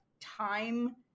time